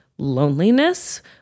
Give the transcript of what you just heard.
loneliness